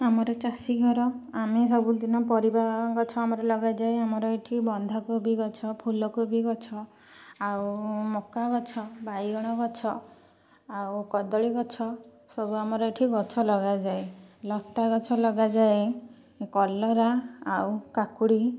ଆମର ଚାଷୀ ଘର ଆମେ ସବୁଦିନ ପରିବା ଗଛ ଆମର ଲଗାଯାଏ ଆମର ଇଠି ବନ୍ଧାକୋବି ଗଛ ଫୁଲକୋବି ଗଛ ଆଉ ମକା ଗଛ ବାଇଗଣ ଗଛ ଆଉ କଦଳୀ ଗଛ ସବୁ ଆମର ଏଇଠି ଗଛ ଲଗାଯାଏ ଲତା ଗଛ ଲଗାଯାଏ କଲରା ଆଉ କାକୁଡ଼ି